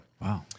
wow